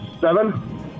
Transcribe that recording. Seven